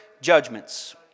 judgments